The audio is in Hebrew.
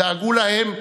דאגו להם עכשיו.